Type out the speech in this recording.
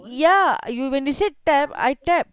ya you when you said tap I tapped